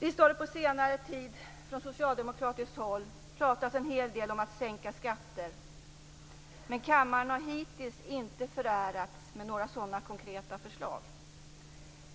Visst har det på senare tid från socialdemokratiskt håll pratats en hel del om att sänka skatter, men kammaren har hittills inte förärats några konkreta förslag i den riktningen.